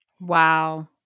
Wow